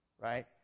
Right